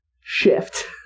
shift